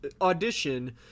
audition